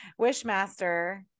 Wishmaster